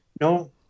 No